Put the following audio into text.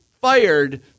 fired